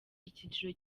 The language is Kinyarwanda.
icyiciro